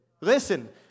Listen